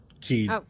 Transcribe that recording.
key